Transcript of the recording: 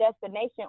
destination